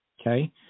Okay